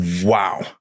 Wow